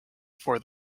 for